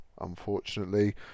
unfortunately